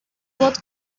plot